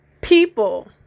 people